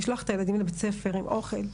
לשלוח את הילדים לבית הספר עם אוכל,